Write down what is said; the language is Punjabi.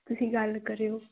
ਤੁਸੀਂ ਗੱਲ ਕਰਿਓ